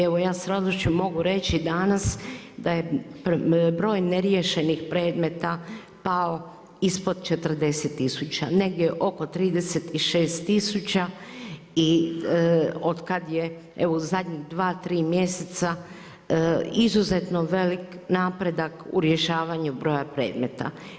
Evo ja s radošću mogu reći danas da je broj neriješenih predmeta pao ispod 40 tisuća negdje oko 36 tisuća i od kada je evo u zadnjih dva, tri mjeseca izuzetno velik napredak u rješavanju broja predmeta.